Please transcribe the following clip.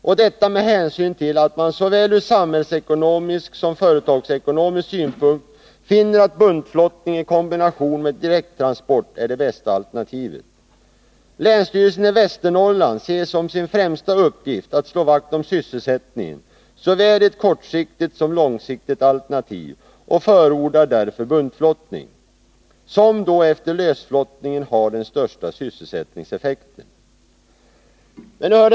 Det gör man med hänsyn till att man ur såväl samhällsekonomisk som företagsekonomisk synpunkt finner att buntflottning i kombination med direkttransport är det bästa alternativet. Länsstyrelsen i Västernorrland ser som sin främsta uppgift att slå vakt om sysselsättningen såväl i ett kortsiktigt som i ett långsiktigt alternativ och förordar därför buntflottning, som efter lösflottningen har den största sysselsättningseffekten.